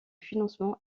financement